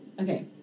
okay